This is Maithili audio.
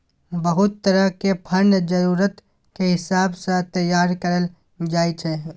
बहुत तरह के फंड जरूरत के हिसाब सँ तैयार करल जाइ छै